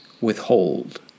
Withhold